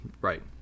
Right